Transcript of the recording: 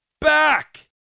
back